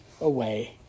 away